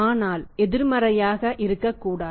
ஆனால் அது எதிர்மறையாக இருக்கக்கூடாது